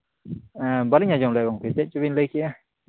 ᱵᱟᱹᱞᱤᱧ ᱟᱸᱡᱚᱢ ᱞᱮᱫᱟ ᱜᱚᱝᱠᱮ ᱪᱮᱫ ᱪᱚᱵᱤᱱ ᱞᱟᱹᱭ ᱠᱮᱫᱼᱟ